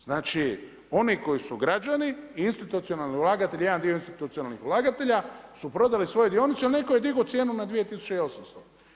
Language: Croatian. Znači, oni koji su građani i institucionalni ulagatelji, jedan dio institucionalnih ulagatelja, su prodali svoje dionice jer netko je digao cijenu na 2800.